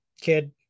kid